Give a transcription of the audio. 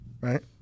right